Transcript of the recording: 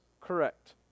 Correct